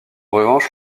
revanche